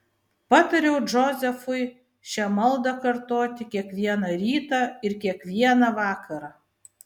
patariau džozefui šią maldą kartoti kiekvieną rytą ir kiekvieną vakarą